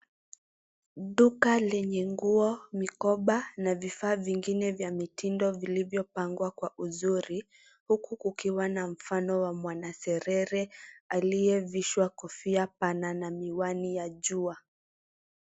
Duka lenye nguo, mikoba na vifaa vingine vya mitindo vilivyopangwa kwa uzuri, huku kukiwa na mfano wa mwanaserere aliyevishwa kofia pana na miwani ya jua.